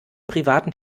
privaten